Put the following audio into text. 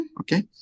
Okay